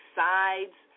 sides